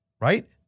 right